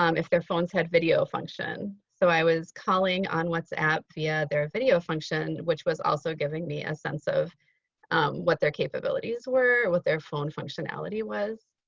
um if their phones had video function. so i was calling on whatsapp via their video function which was also giving me a and sense of what their capabilities were, what their phone functionality was.